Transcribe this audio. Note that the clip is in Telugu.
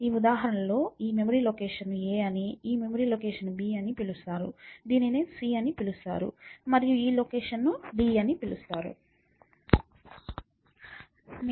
ఈ ఉదాహరణలో ఈ మెమరీ లొకేషన్ను a అని ఈ మెమరీ లొకేషన్ను b అని పిలుస్తారు దీనిని c అని పిలుస్తారు మరియు ఈ లొకేషన్ను d అని పిలుస్తారు